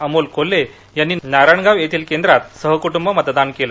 अमोल कोल्हे यांनी नारायणगाव येथील केंद्रात सह कुंटुंब मतदान केलं